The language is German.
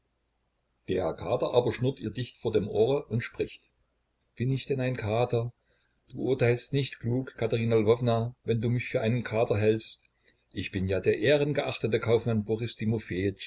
der kater aber schnurrt ihr dicht vor dem ohre und spricht bin ich denn ein kater du urteilst nicht klug katerina lwowna wenn du mich für einen kater hältst ich bin ja der ehrengeachtete kaufmann boris